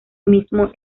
mismo